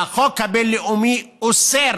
והחוק הבין-לאומי אוסר